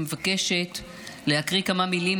גם אני מבקשת להקריא כמה מילים,